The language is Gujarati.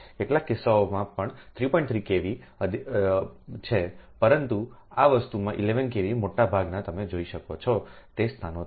3 કેવી અધિકાર છે પરંતુ આ વસ્તુમાં 11 kV મોટા ભાગના તમે જોઈ શકો છો તે સ્થાનોનું